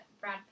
Brad